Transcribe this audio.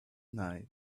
night